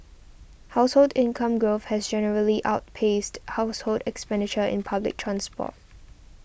household income growth has generally outpaced household expenditure in public transport